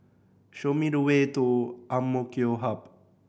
show me the way to AMK Hub